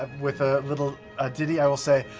with a little ah ditty, i will say,